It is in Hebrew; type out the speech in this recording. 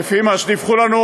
כפי מה שדיווחו לנו?